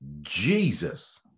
Jesus